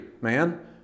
man